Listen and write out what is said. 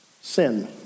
Sin